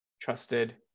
trusted